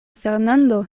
fernando